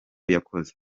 yakoze